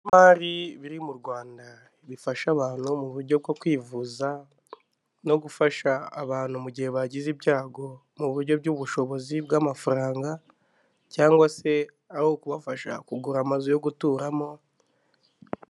Ibigo by'imari biri mu rwanda bifasha abantu mu buryo bwo kwivuza, no gufasha abantu mu gihe bagize ibyago mu buryo bw'ubushobozi bw'amafaranga, cyangwa se aho kubafasha kugura amazu yo guturamo.